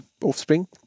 offspring